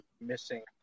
missing